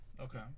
Okay